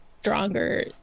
stronger